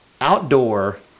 outdoor